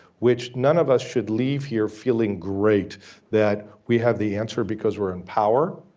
which none of us should leave here feeling great that we have the answer because we're in power,